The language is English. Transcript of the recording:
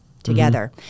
together